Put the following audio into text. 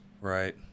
Right